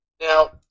Now